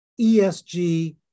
ESG